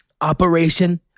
Operation